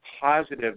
positive